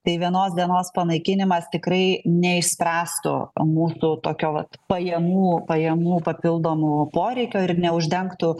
tai vienos dienos panaikinimas tikrai neišspręstų mūsų tokio vat pajamų pajamų papildomų poreikio ir neuždengtų